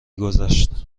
گذشت